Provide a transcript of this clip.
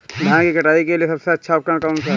धान की कटाई के लिए सबसे अच्छा उपकरण कौन सा है?